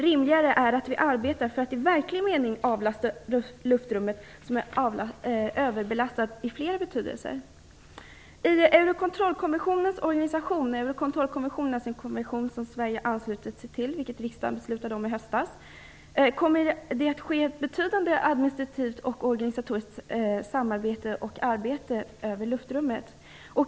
Rimligare är att vi arbetar för att i verklig mening avlasta luftrummet som är överbelastat i flera avseenden. I Eurokontrollkommissionens organisation - Eurkontrollkommissionen är en kommission som Sverige anslutit sig till efter ett riksdagsbeslut i höstas - kommer det att ske ett betydande administrativt och organisatoriskt samarbete om luftrummet.